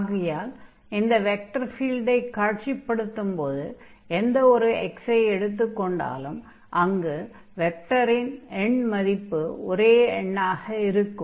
ஆகையால் இந்த வெக்டர் ஃபீல்டை காட்சிப்படுத்தும்போது எந்த ஒரு x ஐ எடுத்துக் கொண்டாலும் அங்கு வெக்டரின் எண்மதிப்பு ஒரே எண்ணாக இருக்கும்